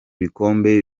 bikombe